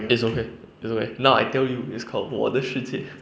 it's okay it's okay now I tell you it's called 我的世界